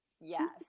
yes